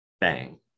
bang